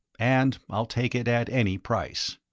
and i'll take it at any price.